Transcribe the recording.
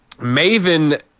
Maven